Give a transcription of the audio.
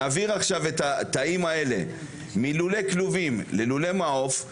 להעביר את התאים מלולי כלובים ללוי מעוף,